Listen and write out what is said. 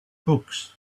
books